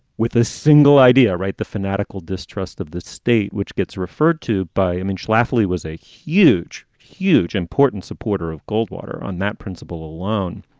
with a single idea. right. the fanatical distrust of the state, which gets referred to by i mean, schlafly was a huge, huge, important supporter of goldwater on that principle alone,